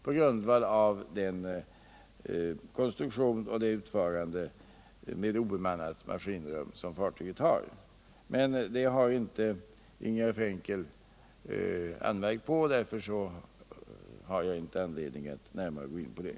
Den bedömningen har vi gjort på grundval av den konstruktion med obemannat maskinrum som = Nr 87 fartyget har. Detta har emellertid inte Ingegärd Frenkel anmärkt på, och Fredagen den därför har jag inte anledning att närmare gå in på det.